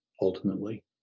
ultimately